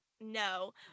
no